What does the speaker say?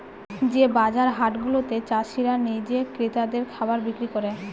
যে বাজার হাট গুলাতে চাষীরা নিজে ক্রেতাদের খাবার বিক্রি করে